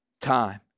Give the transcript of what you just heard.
time